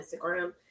Instagram